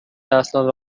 اسناد